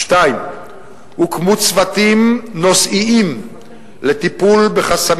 2. הוקמו צוותים נושאיים לטיפול בחסמים